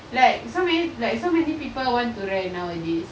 like so many like so many people want to rent nowadays